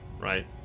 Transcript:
right